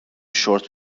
شرت